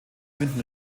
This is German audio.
finden